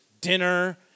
dinner